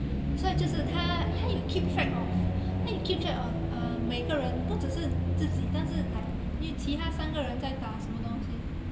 所以就是她她有 keep track of 她有 keep track of uh 每个人不只是自己但是 like 因为其他三个人在打什么东西